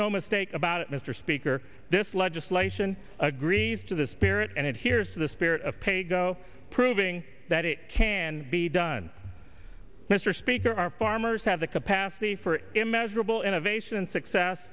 no mistake about it mr speaker this legislation agrees to the spirit and it hears the spirit of paygo proving that it can be done mr speaker our farmers have the capacity for immeasurable innovation and success